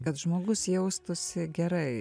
kad žmogus jaustųsi gerai